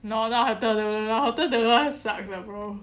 no not hotel del luna hotel del luna sucks lah bro